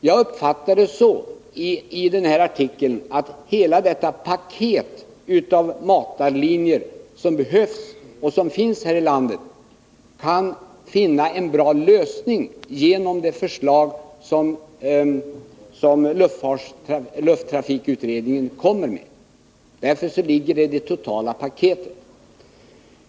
Jag uppfattar vad som sägs i den artikeln så att hela detta paket av matarlinjer som behövs och som finns här i landet kan få en bra lösning genom de förslag som lufttrafikutredningen kommer att lägga fram. Därför ligger det i detta totalpaket.